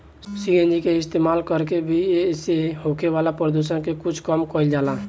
CNG के इस्तमाल कर के भी एसे होखे वाला प्रदुषण के कुछ कम कईल जाला